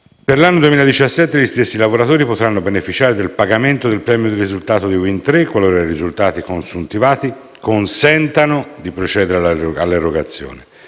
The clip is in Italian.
Per l'anno 2017, gli stessi lavoratori potranno beneficiare del pagamento del premio di risultato di Wind Tre qualora i risultati consuntivati consentano di procedere alla sua erogazione.